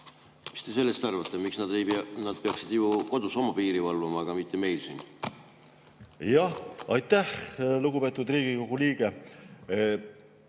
Mis te sellest arvate? Nad peaksid ju kodus oma piiri valvama, aga mitte meil siin. Aitäh, lugupeetud Riigikogu liige!